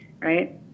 Right